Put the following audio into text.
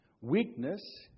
weakness